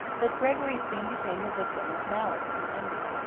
but gregory soon became the victim of malice and envy.